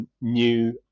new